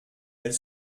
elle